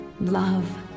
love